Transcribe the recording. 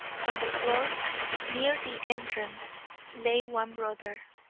on the floor near the entrance lay one brother,